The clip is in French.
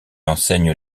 enseigne